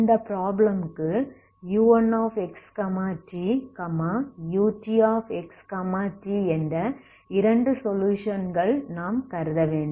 இந்த ப்ராப்ளம் க்கு u1xt u2xt என்று இரண்டும் சொலுயுஷன்கள் என்று நாம் கருத வேண்டும்